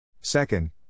Second